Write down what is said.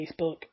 Facebook